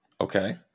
Okay